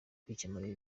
kwikemurira